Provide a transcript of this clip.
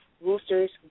roosters